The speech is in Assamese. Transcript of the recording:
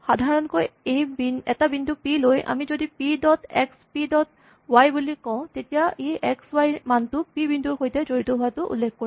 সাধাৰণকৈ এটা বিন্দু পি লৈ আমি যদি P dot X P dot Y কওঁ তেতিয়া ই এক্স ৱাই নামটো পি বিন্দুৰ সৈতে জড়িত হোৱা কথা উল্লেখ কৰিব